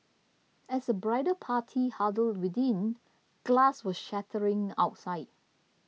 as the bridal party huddled within glass was shattering outside